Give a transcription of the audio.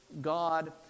God